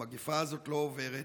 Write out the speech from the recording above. המגפה הזאת לא עוברת.